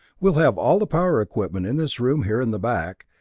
we'll have all the power equipment in this room here in the back,